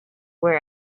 wear